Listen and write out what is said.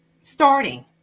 starting